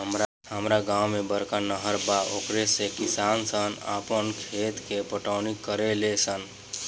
हामरा गांव में बड़का नहर बा ओकरे से किसान सन आपन खेत के पटवनी करेले सन